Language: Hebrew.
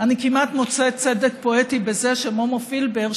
אני כמעט מוצאת צדק פואטי בזה שמומו פילבר,